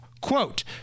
Quote